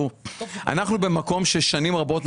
במשך שנים רבות,